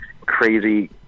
crazy